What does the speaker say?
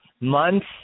months